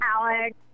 Alex